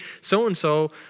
so-and-so